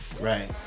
Right